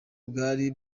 bwari